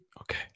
Okay